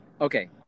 Okay